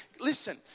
Listen